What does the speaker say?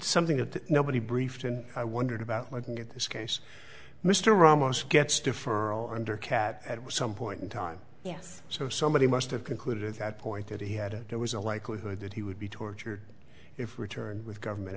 something that nobody briefed and i wondered about looking at this case mr ramos gets deferral under cat at some point in time yes so somebody must have concluded at that point that he hadn't there was a likelihood that he would be tortured if we turned with government